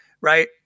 right